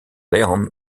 léon